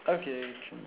okay